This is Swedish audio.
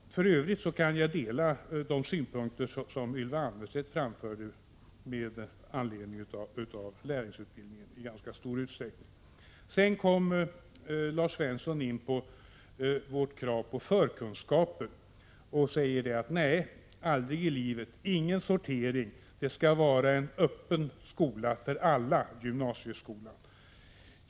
För övrigt kan jag i ganska stor utsträckning dela de synpunkter som Ylva Annerstedt framförde om lärlingsutbildningen. Lars Svensson kommer också in på vårt krav på förkunskaper och säger nej, aldrig i livet, ingen sortering, gymnasieskolan skall vara en öppen skola för alla.